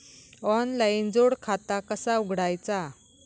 Online जोड खाता कसा उघडायचा?